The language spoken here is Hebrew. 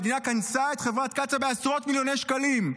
המדינה קנסה את חברת קצא"א בעשרות מיליוני שקלים.